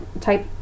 type